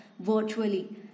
virtually